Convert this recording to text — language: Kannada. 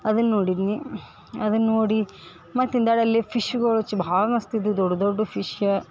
ಅದನ್ನು ನೋಡಿದ್ವಿ ಅದನ್ನು ನೋಡಿ ಮತ್ತು ಫಿಶ್ಗಳು ಭಾಳ ಮಸ್ತ್ ಇದ್ದವು ದೊಡ್ಡ ದೊಡ್ಡ ಫಿಶ್ಶ